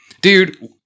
dude